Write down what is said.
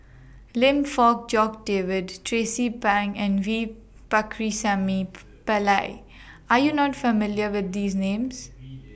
Lim Fong Jock David Tracie Pang and V Pakirisamy Pillai Are YOU not familiar with These Names